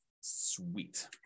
Sweet